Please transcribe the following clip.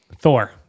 Thor